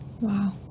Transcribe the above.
wow